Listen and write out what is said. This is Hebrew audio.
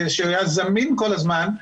שהיה זמין כל הזמן,